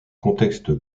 contexte